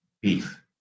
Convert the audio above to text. beef